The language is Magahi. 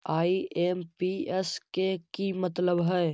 आई.एम.पी.एस के कि मतलब है?